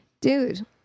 dude